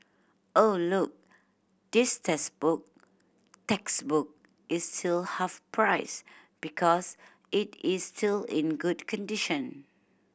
oh look this textbook textbook is still half price because it is still in good condition